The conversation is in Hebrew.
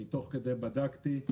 תוך כדי הדיון בדקתי,